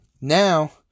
now